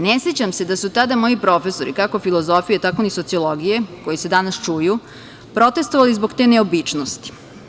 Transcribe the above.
Ne sećam se da su tada moji profesori, kako filozofije, tako ni sociologije, koji se danas čuju, protestvovali zbog te neobičnosti.